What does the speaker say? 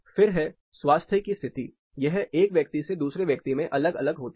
फिर है स्वास्थ्य की स्थिति यह एक व्यक्ति से दूसरे व्यक्ति में अलग अलग होती है